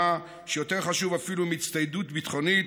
שיותר חשוב אפילו מהצטיידות ביטחונית,